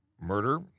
Murder